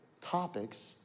topics